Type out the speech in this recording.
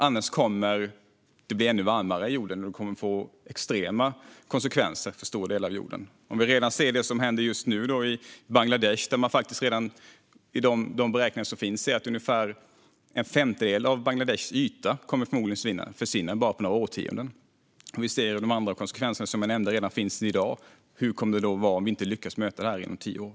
Annars kommer jorden att bli ännu varmare, och det kommer att få extrema konsekvenser för stora delar av jorden. Vi kan se det som händer just nu i Bangladesh. Enligt de beräkningar som redan finns kommer ungefär en femtedel av Bangladeshs yta förmodligen att försvinna på bara några årtionden. Vi ser att de andra konsekvenserna, som jag nämnde, finns redan i dag. Hur kommer det då att vara om vi inte lyckas möta detta inom tio år?